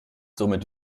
somit